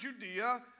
Judea